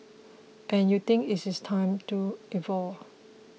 and you think it is time to evolve